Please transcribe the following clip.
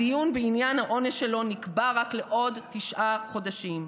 הדיון בעניין העונש שלו נקבע רק לעוד תשעה חודשים.